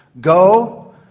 Go